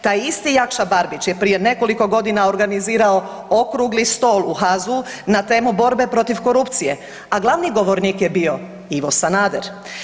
Taj isti Jakša Barbić je prije nekoliko godina organizirao okrugli stol u HAZU-u na temelju borbe protiv korupcije, a glavni govornik je bio Ivo Sanader.